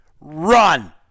run